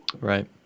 Right